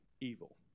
evil